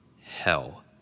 hell